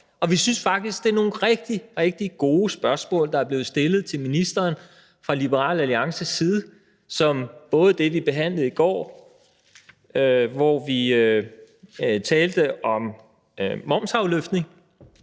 og vi synes faktisk det er nogle rigtig, rigtig gode spørgsmål, der er blevet stillet til ministeren fra Liberal Alliances side – i forbindelse med det, vi behandlede i går, hvor vi talte om momsafløftningen